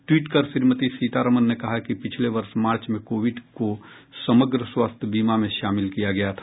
tweet कर श्रीमती सीतारामन ने कहा कि पिछले वर्ष मार्च में कोविड को समग्र स्वास्थ्य बीमा में शामिल किया गया था